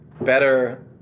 better